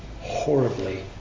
horribly